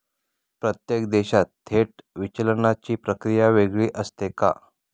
प्रत्येक देशात थेट विचलनाची प्रक्रिया वेगळी असते का?